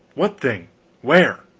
what thing where?